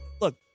look